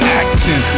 action